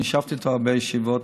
אני ישבתי איתו הרבה ישיבות,